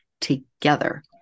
together